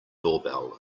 doorbell